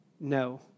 No